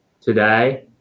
today